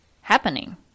happening